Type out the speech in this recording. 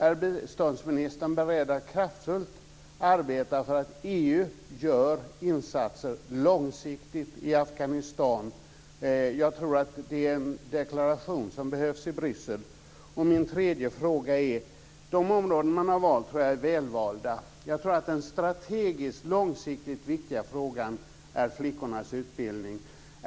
Är biståndsministern beredd att kraftfullt arbeta för att EU gör insatser långsiktigt i Afghanistan? Jag tror att det är en deklaration som behövs i Bryssel. För det tredje: De områden som man har valt tror jag är välvalda. Jag tror att den strategiskt långsiktigt viktiga frågan är flickornas utbildning.